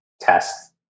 test